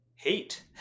Hate